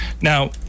Now